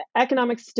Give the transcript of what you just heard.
Economic